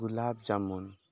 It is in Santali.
ᱜᱩᱞᱟᱵᱽ ᱡᱟᱢᱩᱱ